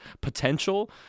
potential